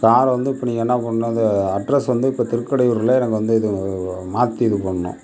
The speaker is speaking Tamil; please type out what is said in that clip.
காரை வந்து இப்போ நீங்கள் என்ன பண்ணுங்க அட்ரெஸ் வந்து இப்போ திருக்கடையூரில் எனக்கு வந்து இது மாற்றி இது பண்ணணும்